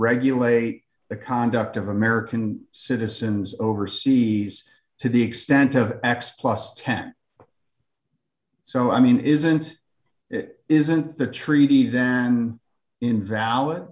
regulate the conduct of american citizens overseas to the extent of x plus ten so i mean isn't it isn't the treaty then invalid